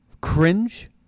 cringe